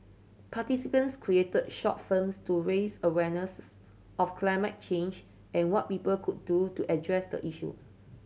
participants created short firms to raise awareness of climate change and what people could do to address the issue